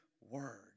word